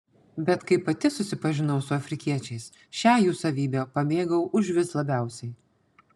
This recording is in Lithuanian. bet kai pati susipažinau su afrikiečiais šią jų savybę pamėgau užvis labiausiai